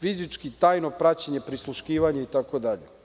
Fizički i tajno praćenje, prisluškivanje itd.